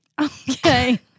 Okay